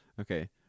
Okay